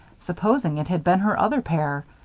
supposing it had been her other pair!